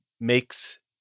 makes